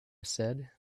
said